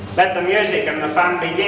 but the music and the fun